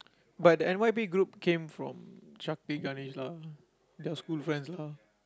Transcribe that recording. but and one big group came from Shakti Ganesh lah they're school friends lah